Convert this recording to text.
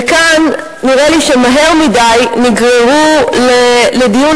וכאן נראה לי שמהר מדי נגררו לדיון